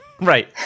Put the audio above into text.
Right